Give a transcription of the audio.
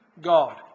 God